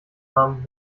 armen